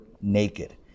naked